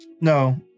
No